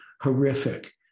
horrific